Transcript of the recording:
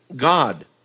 God